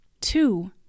Two